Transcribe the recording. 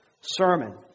sermon